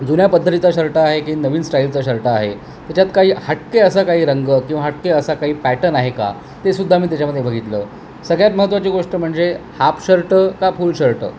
जुन्या पद्धतीचा शर्ट आहे की नवीन स्टाईलचा शर्ट आहे त्याच्यात काही हटके असा काही रंग किंवा हटके असा काही पॅटर्न आहे का ते सुुद्धा मी त्याच्यामध्ये बघितलं सगळ्यात महत्त्वाची गोष्ट म्हणजे हाफ शर्ट का फूल शर्ट